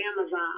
Amazon